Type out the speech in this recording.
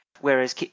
Whereas